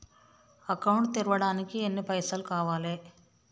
Account తెరవడానికి ఎన్ని పైసల్ కావాలే?